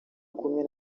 kumwe